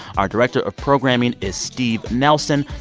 our director of programming is steve nelson.